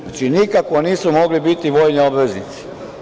Znači nikako nisu mogli biti vojni obveznici.